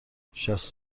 شصت